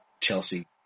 Chelsea